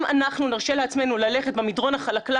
אם אנחנו נרשה לעצמנו ללכת במדרון החלקלק